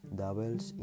doubles